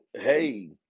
hey